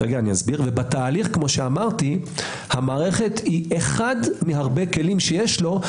ובתהליך כאמור המערכת היא אחד מהרבה כלים שיש לו.